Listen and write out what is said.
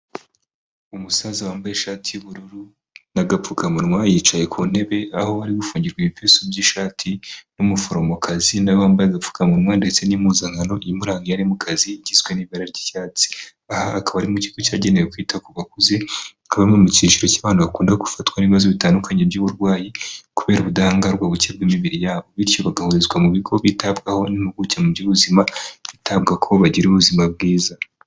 Umusaza wambaye ishati y'ubururu n'agapfukamunwa yicaye ku ntebe aho wari gufungirwa ibipesu by'ishati n'umuforomokazi nawe wambaye agapfukamunwa ndetse n'impuzankano imuranga ari mu kazi igizwe n'ibara ry'icyatsi, aha akaba arimo ikigo cyagenewe kwita ku bakuze bakaba mu cyiciro cy'abantubana bakunda gufatwa n'ibibazo bitandukanye by'uburwayi kubera ubudahangarwa buke bw'imibiri yabo bityo bagahurizwa mu bigo bitabwaho n'impuguke mu by'ubuzima bitabwa ko bagira ubuzima bwiza.